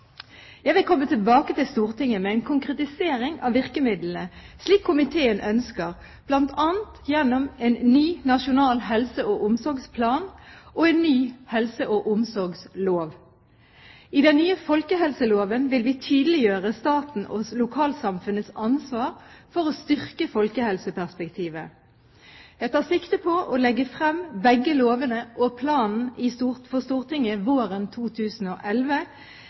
Jeg vil komme tilbake til Stortinget med en konkretisering av virkemidlene, slik komiteen ønsker, bl.a. gjennom en ny nasjonal helse- og omsorgsplan og en ny helse- og omsorgslov. I den nye folkehelseloven vil vi tydeliggjøre staten og lokalsamfunnets ansvar for å styrke folkehelseperspektivet. Jeg tar sikte på å legge frem begge lovene og planen for Stortinget våren 2011,